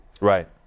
Right